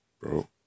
bro